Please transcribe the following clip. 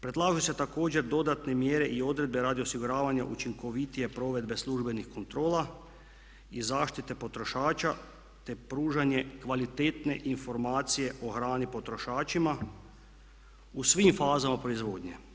Predlažu se također dodatne mjere i odredbe radi osiguravanja učinkovitije provedbe službenih kontrola i zaštite potrošača te pružanje kvalitetnije informacije o hrani potrošačima u svim fazama proizvodnje.